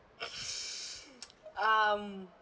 um